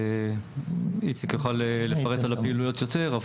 איציק יוכל לפרט על הפעילויות יותר.